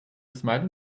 smiling